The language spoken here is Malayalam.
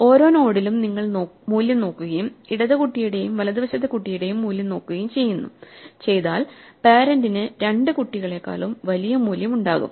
ഓരോ നോഡിലും നിങ്ങൾ മൂല്യം നോക്കുകയും ഇടത് കുട്ടിയുടെയും വലതു വശത്തെ കുട്ടിയുടെയും മൂല്യം നോക്കുകയും ചെയ്താൽ പേരന്റിന് രണ്ട് കുട്ടികളേക്കാളും വലിയ മൂല്യമുണ്ടാകും